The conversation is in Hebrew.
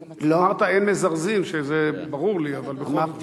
אמרת "אין מזרזים" וזה ברור לי, אבל איך בכל